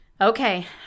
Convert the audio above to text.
Okay